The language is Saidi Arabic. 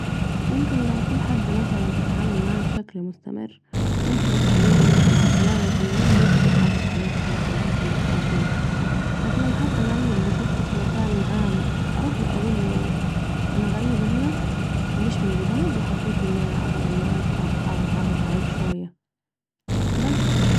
ممكن لو في حد مثلاً بتعامل معاه بشكل مستمر ، ممكن اقولها أنا فلانه الفلانيه ممكن اتعرف عليكِ و اخد رقمك او كده ، ولكن لو حد غريب وشوفته في مكان عام ارحله اقوله أنا غريبه هنا و مش من البلد و حبيت أن اننا اقعد معاك أو اتعرف عليك شوية بس